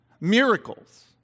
Miracles